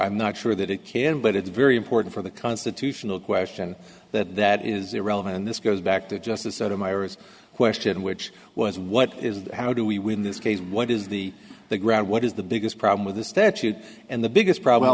i'm not sure that it can but it's very important for the constitutional question that that is irrelevant and this goes back to justice sotomayor is question which was what is the how do we win this case what is the the ground what is the biggest problem with this statute and the biggest problem